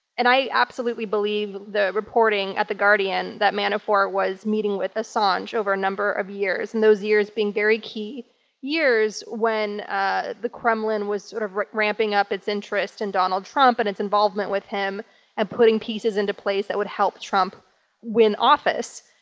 and i absolutely believe the reporting at the guardian that manafort was meeting with assange over a number of years, and those years being very key years when ah the kremlin was sort of ramping up its interest in donald trump and its involvement with him, and putting pieces into place that would help trump win office.